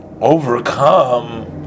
overcome